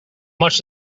much